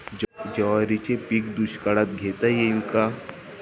ज्वारीचे पीक दुष्काळात घेता येईल का?